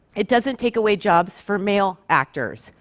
it doesn't take away jobs for male actors.